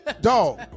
Dog